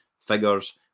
figures